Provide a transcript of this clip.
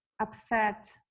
upset